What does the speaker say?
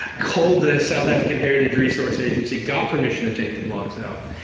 called the south african heritage resources agency, got permission to take the blocks out.